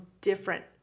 different